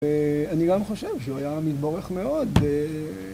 ואני גם חושב שהוא היה מתבורך מאוד